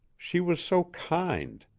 she was so kind.